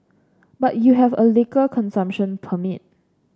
but you have a liquor consumption permit